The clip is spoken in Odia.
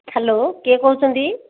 ହ୍ୟାଲୋ କିଏ କହୁଛନ୍ତି